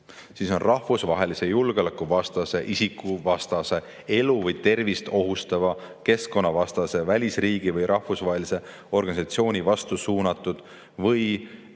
on rahvusvahelise julgeoleku vastase, isikuvastase, elu või tervist ohustava, keskkonnavastase, välisriigi või rahvusvahelise organisatsiooni vastu suunatud või